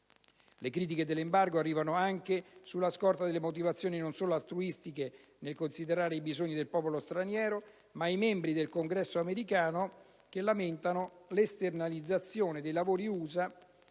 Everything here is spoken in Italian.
Le critiche all'embargo arrivano anche sulla scorta di motivazioni non solo altruistiche nel considerare i bisogni del popolo straniero: i membri del Congresso americano, che lamentano l'esternalizzazione dei lavori